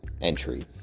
entry